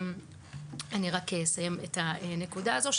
אני רק אסיים את הנקודה הזו.